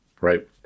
right